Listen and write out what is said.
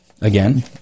Again